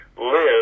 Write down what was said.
live